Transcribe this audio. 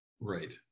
Right